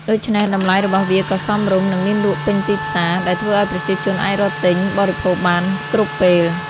ដូច្នេះតម្លៃរបស់វាក៏សមរម្យ និងមានលក់ពេញទីផ្សារ ដែលធ្វើឱ្យប្រជាជនអាចរកទិញបរិភោគបានគ្រប់ពេល។